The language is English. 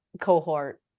cohort